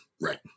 Right